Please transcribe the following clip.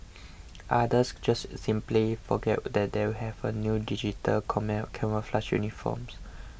others just simply forgot that they have a new digital camouflage uniforms